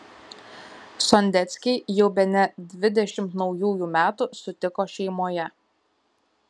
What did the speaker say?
sondeckiai jau bene dvidešimt naujųjų metų sutiko šeimoje